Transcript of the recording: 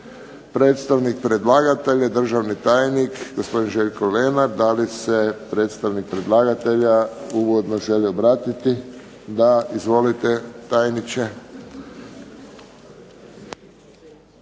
Predstavnik predlagatelja je državni tajnik gospodin Željko Lenard. Da li se predstavnik predlagatelja uvodno želi obratiti? Da. Izvolite, tajniče.